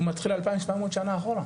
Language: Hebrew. הוא מתחיל 2,700 שנה אחורה,